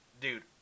Dude